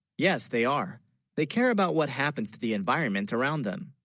yes they are they care, about what happens to the environment around them